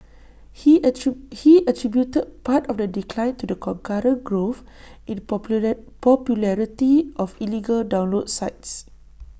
he he attributed part of the decline to the concurrent growth in popular popularity of illegal download sites